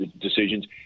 decisions